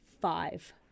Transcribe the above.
Five